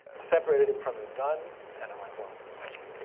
separated him from his gun. and i'm like, well, ok,